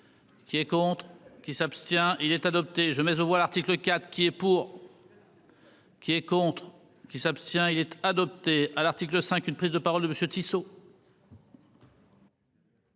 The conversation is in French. Qui est contre. Qui s'abstient. Il est adopté, je mais aux voix l'article 4 qui est. Pour. Qui est contre. Qui s'abstient il être adopté à l'article 5, une prise de parole de monsieur Tissot.